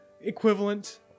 equivalent